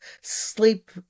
sleep